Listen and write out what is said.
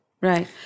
right